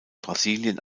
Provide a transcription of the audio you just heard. brasilien